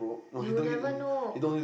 you'll never know